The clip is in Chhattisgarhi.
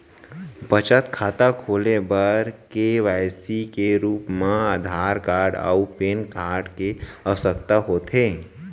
बचत खाता खोले बर के.वाइ.सी के रूप मा आधार कार्ड अऊ पैन कार्ड के आवसकता होथे